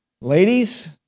Ladies